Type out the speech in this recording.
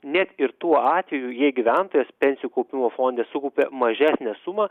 net ir tuo atveju jei gyventojas pensijų kaupimo fonde sukaupė mažesnę sumą